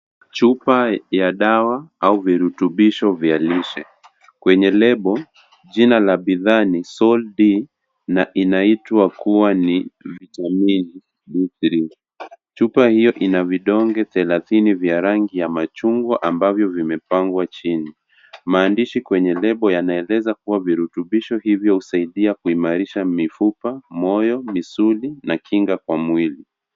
Chupa ya dawa au virutubisho vya lishe. Kwenye lebo, jina la bidhaa ni Sol-D na inaitwa kuwa ni vitamin D3. Chupa hiyo ina vidonge thelatini vya rangi ya machungwa ambavyo vimepangwa chini maandishi kwenye lebo yanaeleza kuwa virutubisho hivyo husaidia kuimarisha mifupa ,moya, misuli na kinga kwa mwili.